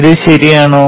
ഇത് ശരിയാണോ